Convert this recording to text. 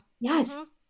Yes